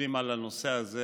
שוקדים על הנושא הזה